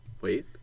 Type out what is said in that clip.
wait